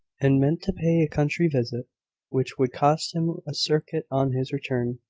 and meant to pay a country visit which would cost him a circuit on his return.